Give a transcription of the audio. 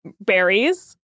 berries